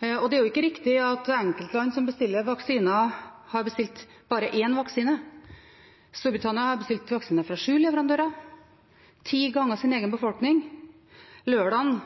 og det er ikke riktig at enkeltland som bestiller vaksiner, har bestilt bare én vaksine. Storbritannia har bestilt vaksiner fra sju leverandører – til ti ganger sin egen befolkning. Lørdag